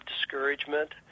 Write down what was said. discouragement